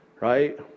Right